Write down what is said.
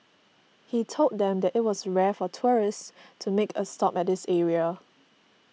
he told them that it was rare for tourists to make a stop at this area